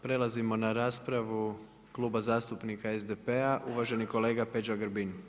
Prelazimo na raspravu Kluba zastupnika SDP-a, uvaženi kolega Peđa Grbin.